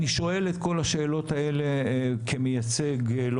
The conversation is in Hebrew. אני שואל את כל השאלות האלה כמייצג לא